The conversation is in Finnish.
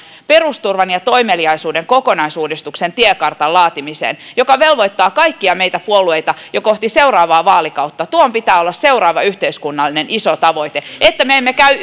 perusturvan ja toimeliaisuuden kokonaisuudistuksen tiekartan laatimiseen joka velvoittaa kaikkia meitä puolueita jo kohti seuraavaa vaalikautta tuon pitää olla seuraava iso yhteiskunnallinen tavoite että me emme käy